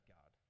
God